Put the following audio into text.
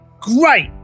great